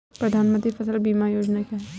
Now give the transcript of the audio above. प्रधानमंत्री फसल बीमा योजना क्या है?